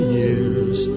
years